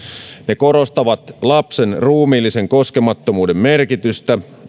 ne korostavat lapsen ruumiillisen koskemattomuuden merkitystä